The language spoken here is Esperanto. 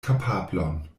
kapablon